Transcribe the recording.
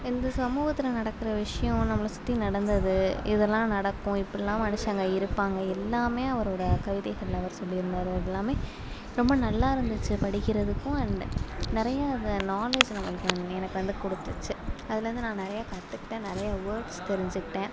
இந்த சமூகத்தில் நடக்கிற விஷ்யம் நம்மளை சுற்றி நடந்தது இதுலாம் நடக்கும் இப்போல்லாம் மனுஷங்க இருப்பாங்க எல்லாமே அவரோட கவிதைகளில் அவர் சொல்லிருந்தார் அது எல்லாமே ரொம்ப நல்லா இருந்துச்சி படிக்கிறதுக்கும் அண்டு நிறையா அந்த நாலேஜ் நம்மளுக்கு வந் எனக்கு வந்து கொடுத்துச்சி அதில் வந்து நான் நிறையா கற்றுக்கிட்டேன் நிறையா வேர்ட்ஸ் தெரிஞ்சிகிட்டேன்